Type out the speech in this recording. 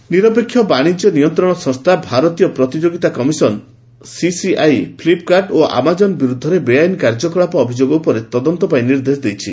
CCI probe ନିରପେକ୍ଷ ବାଣିଜ୍ୟ ନିୟନ୍ତ୍ରଣ ସଂସ୍ଥା ଭାରତୀୟ ପ୍ରତିଯୋଗିତା କମିଶନ ସିସିଆଇ ଫ୍ଲିପ୍କାର୍ଟ ଓ ଆମାଜନ୍ ବିରୁଦ୍ଧରେ ବେଆଇନ କାର୍ଯ୍ୟକଳାପ ଅଭିଯୋଗ ଉପରେ ତଦନ୍ତ ପାଇଁ ନିର୍ଦ୍ଦେଶ ଦେଇଛି